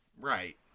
Right